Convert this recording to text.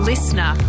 Listener